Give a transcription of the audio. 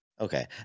Okay